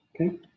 Okay